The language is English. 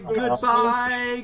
goodbye